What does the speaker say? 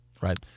right